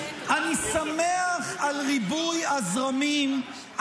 אני שמח על ריבוי הזרמים,